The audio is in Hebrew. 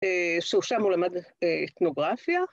‫שהוא שם הוא למד אתנוגרפיה.